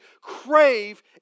crave